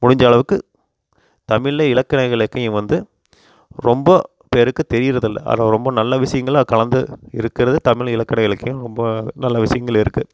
முடிஞ்ச அளவுக்கு தமிழில் இலக்கண இலக்கியம் வந்து ரொம்ப பேருக்கு தெரியுறதில்ல ஆனால் ரொம்ப நல்ல விஷயங்களும் கலந்து இருக்கிறது தமிழ் இலக்கண இலக்கியம் ரொம்ப நல்ல விஷயங்கள் இருக்குது